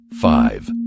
five